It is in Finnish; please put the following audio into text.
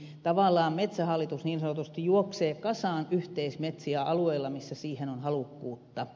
eli tavallaan metsähallitus niin sanotusti juoksee kasaan yhteismetsiä alueilla missä siihen on halukkuutta